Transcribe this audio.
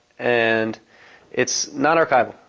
and it's not archival,